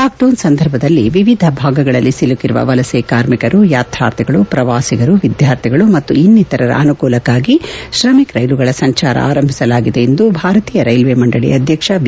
lockdown ಸಂದರ್ಭದಲ್ಲಿ ವಿವಿಧ ಭಾಗಗಳಲ್ಲಿ ಸಿಲುಕಿರುವ ವಲಸೆ ಕಾರ್ಮಿಕರು ಯಾತ್ರಾರ್ಥಿಗಳು ಪ್ರವಾಸಿಗರು ವಿದ್ಯಾರ್ಥಿಗಳು ಮತ್ತು ಇನ್ನಿತರರ ಅನುಕೂಲಕ್ಷಾಗಿ ತ್ರಮಿಕ ರೈಲುಗಳ ಸಂಚಾರ ಆರಂಭಿಸಲಾಗಿದೆ ಭಾರತೀಯ ರೈಲ್ವೆ ಮಂಡಳಿ ಅಧ್ಯಕ್ಷ ವಿ